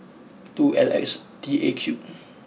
two L X T A Q